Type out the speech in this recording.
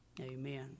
Amen